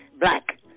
black